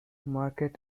market